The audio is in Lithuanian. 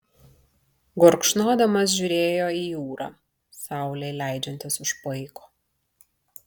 gurkšnodamas žiūrėjo į jūrą saulei leidžiantis už paiko